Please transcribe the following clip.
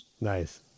Nice